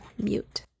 mute